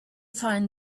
find